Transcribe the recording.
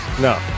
No